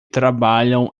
trabalham